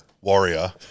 warrior